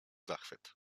zachwyt